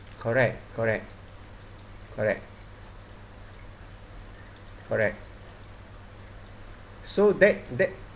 correct correct correct correct so that that